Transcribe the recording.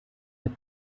mit